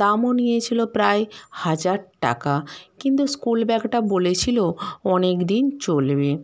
দামও নিয়েছিলো প্রায় হাজার টাকা কিন্তু স্কুল ব্যাগটা বলেছিলো অনেক দিন চলবে